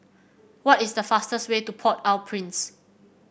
what is the fastest way to Port Au Prince